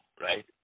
Right